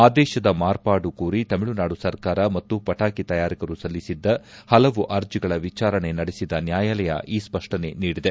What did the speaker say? ಆದೇಶದ ಮಾರ್ಪಾಡು ಕೋರಿ ತಮಿಳುನಾಡು ಸರ್ಕಾರ ಮತ್ತು ಪಟಾಕಿ ತಯಾರಕರು ಸಲ್ಲಿಸಿದ್ದ ಹಲವು ಅರ್ಜಿಗಳ ವಿಚಾರಣೆ ನಡೆಸಿದ ನ್ಯಾಯಾಲಯ ಈ ಸ್ಪಷ್ಟನೆ ನೀಡಿದೆ